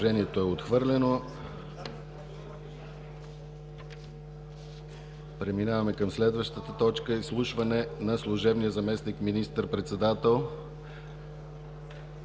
Предложението е отхвърлено. Преминаваме към следващата точка: Изслушване на служебния министър-председател